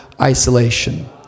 isolation